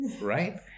right